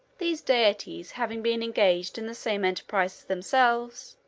these deities having been engaged in the same enterprises themselves,